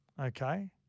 Okay